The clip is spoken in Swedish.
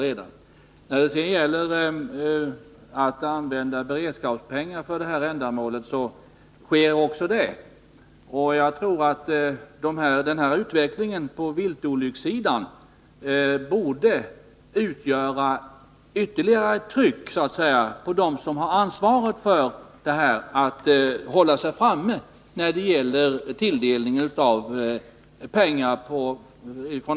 Beredskapspengar används redan för det här ändamålet. Jag tror också att utvecklingen när det gäller viltolyckorna bör kunna medföra ett större tryck på dem som har ansvaret, så att de med hänsyn till arbetsmarknaden håller sig framme vid tilldelningen av pengar.